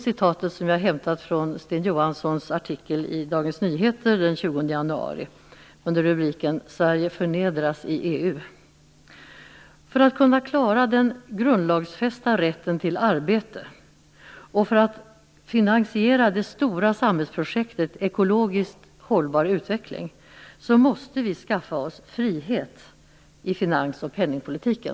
Citatet är hämtat från Sten Johanssons artikel i Dagens Nyheter den 20 januari under rubriken Sverige förnedras i EU. För att kunna klara den grundlagsfästa rätten till arbete och för att finansiera det stora samhällsprojektet ekologiskt hållbar utveckling, måste vi skaffa oss frihet i finans och penningpolitiken.